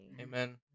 amen